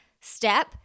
step